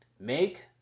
make